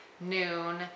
noon